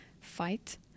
fight